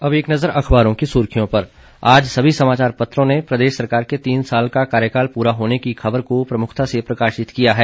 अब एक नजुर अखबारों की सुर्खियों पर आज सभी समाचार पत्रों ने प्रदेश सरकार के तीन साल का कार्यकल पूरा होने की ख़बर को प्रमुखता से प्रकाशित किया है